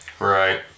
Right